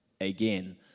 again